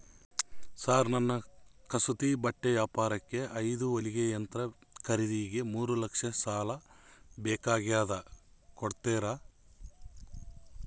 Sir ನನ್ನ ಕಸೂತಿ ಬಟ್ಟೆ ವ್ಯಾಪಾರಕ್ಕೆ ಐದು ಹೊಲಿಗೆ ಯಂತ್ರ ಖರೇದಿಗೆ ಮೂರು ಲಕ್ಷ ಸಾಲ ಬೇಕಾಗ್ಯದ ಕೊಡುತ್ತೇರಾ?